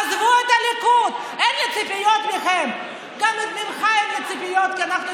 עזבו את הליכוד, אין לי ציפיות מכם.